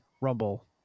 rumble